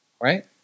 Right